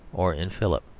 or in philip.